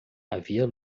havia